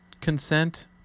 consent